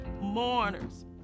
mourners